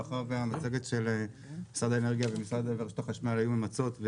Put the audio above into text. מאחר והמצגת של משרד האנרגיה ורשות החשמל היו ממצות,